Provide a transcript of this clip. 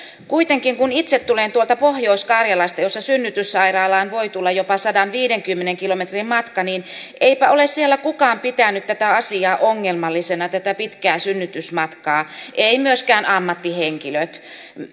kuitenkin kun itse tulen tuolta pohjois karjalasta jossa synnytyssairaalaan voi tulla jopa sadanviidenkymmenen kilometrin matka niin eipä ole siellä kukaan pitänyt tätä asiaa ongelmallisena tätä pitkää synnytysmatkaa eivät myöskään ammattihenkilöt